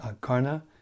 Karna